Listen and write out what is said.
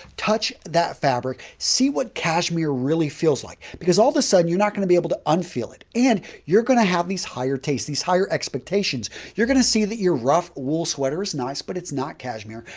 touch that fabric. see what cashmere really feels like because all of a sudden you're not going to be able to unfeel it. and you're going to have these higher tastes these higher expectations. you're going to see that your rough wool sweater is nice, but it's not cashmere.